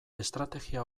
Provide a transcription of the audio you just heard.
estrategia